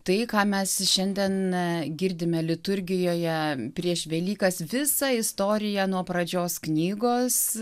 tai ką mes šiandien girdime liturgijoje prieš velykas visą istoriją nuo pradžios knygos